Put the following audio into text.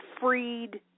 freed